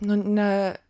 nu ne